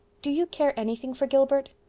do you care anything for gilbert?